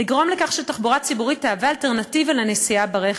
לגרום לכך שתחבורה ציבורית תהווה אלטרנטיבה לנסיעה ברכב,